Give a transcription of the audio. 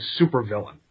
supervillain